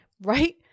right